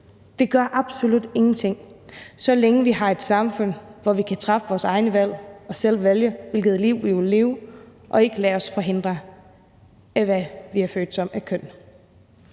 Det gør absolut ingenting, så længe vi har et samfund, hvor vi kan træffe vores egne valg og selv vælge, hvilket liv vi vil leve, og ikke lader os hindre af, hvad for et køn vi er født